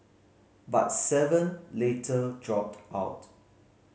but seven later dropped out